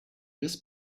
this